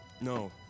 No